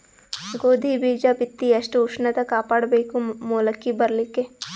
ಗೋಧಿ ಬೀಜ ಬಿತ್ತಿ ಎಷ್ಟ ಉಷ್ಣತ ಕಾಪಾಡ ಬೇಕು ಮೊಲಕಿ ಬರಲಿಕ್ಕೆ?